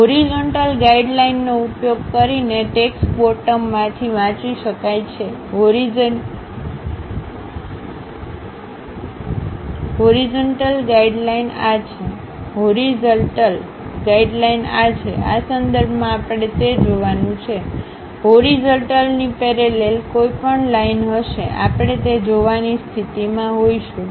horizontal guideline નો ઉપયોગ કરીને ટેકસટ બોટમ માંથી વાંચી શકાય છે હોરીઝલ્ટલ ગાઈડલાઈન આ છે આ સંદર્ભમાં આપણે તે જોવાનું છે હોરીઝલ્ટલ ની પેરેલલ કોઈપણ લાઇન હશે આપણે તે જોવાની સ્થિતિમાં હોઈશું